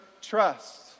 trust